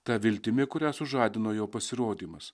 ta viltimi kurią sužadino jo pasirodymas